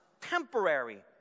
temporary